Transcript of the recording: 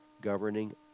governing